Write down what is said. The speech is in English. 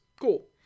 Cool